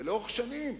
ולאורך שנים,